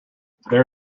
there